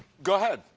go ahead.